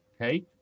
okay